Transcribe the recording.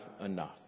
enough